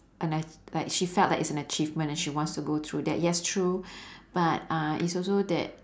an a~ like she felt that it's an achievement and she wants to go through that yes true but uh it's also that